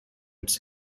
its